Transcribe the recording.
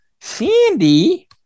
Sandy